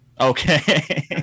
Okay